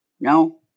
No